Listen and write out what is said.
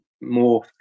more